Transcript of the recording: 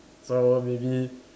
so maybe